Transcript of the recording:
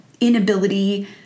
inability